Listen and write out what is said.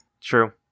True